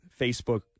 Facebook